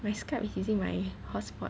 my skype using my hotspot